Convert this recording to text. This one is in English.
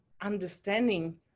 understanding